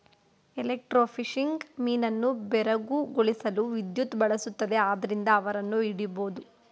electrofishing ಮೀನನ್ನು ಬೆರಗುಗೊಳಿಸಲು ವಿದ್ಯುತ್ ಬಳಸುತ್ತದೆ ಆದ್ರಿಂದ ಅವನ್ನು ಹಿಡಿಬೋದು